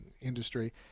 industry